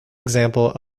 example